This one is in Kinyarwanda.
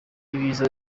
ibiza